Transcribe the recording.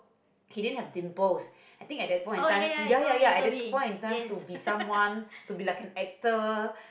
he didn't have dimples I think at that point in time ya ya ya at that point in time to be like someone to be like an actor